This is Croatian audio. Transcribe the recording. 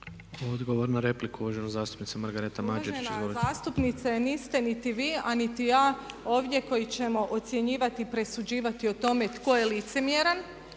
Izvolite. **Mađerić, Margareta (HDZ)** Uvažena zastupnice niste niti vi a niti ja ovdje koji ćemo ocjenjivati i presuđivati o tome tko je licemjeran